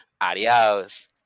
Adiós